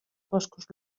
boscos